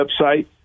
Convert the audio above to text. website